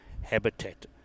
habitat